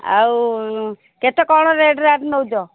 ଆଉ କେତେ କ'ଣ ରେଟ୍ ରାଟ୍ ନେଉଛ